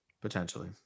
potentially